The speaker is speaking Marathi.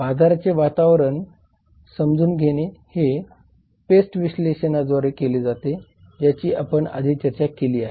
बाजाराचे वातावरण समजून घेणे हे PEST विश्लेषणाद्वारे केले जाते ज्याची आपण आधी चर्चा केली आहे